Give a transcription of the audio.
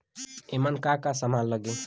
ईमन का का समान लगी?